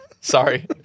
Sorry